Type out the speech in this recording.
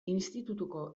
institutuko